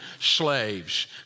slaves